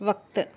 वक़्ति